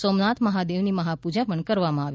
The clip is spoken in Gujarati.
સોમનાથ મહાદેવની મહાપૂજા કરવામાં આવી